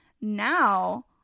now